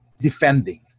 defending